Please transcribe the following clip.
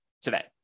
today